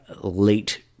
late